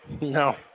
No